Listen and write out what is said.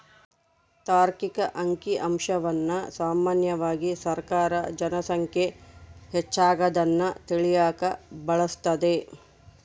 ತಾರ್ಕಿಕ ಅಂಕಿಅಂಶವನ್ನ ಸಾಮಾನ್ಯವಾಗಿ ಸರ್ಕಾರ ಜನ ಸಂಖ್ಯೆ ಹೆಚ್ಚಾಗದ್ನ ತಿಳಿಯಕ ಬಳಸ್ತದೆ